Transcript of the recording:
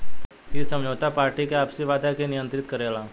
इ समझौता पार्टी के आपसी वादा के नियंत्रित करेला